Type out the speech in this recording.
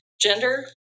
Gender